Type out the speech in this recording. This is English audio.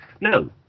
No